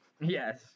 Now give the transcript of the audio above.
Yes